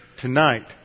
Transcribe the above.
tonight